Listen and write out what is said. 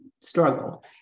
struggle